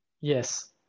Yes